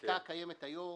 הפסיקה הקיימת היום,